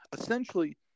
essentially